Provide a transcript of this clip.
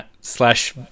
slash